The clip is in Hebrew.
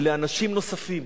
לאנשים נוספים.